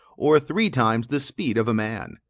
or three times the speed of a man.